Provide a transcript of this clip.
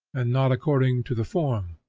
and not according to the form.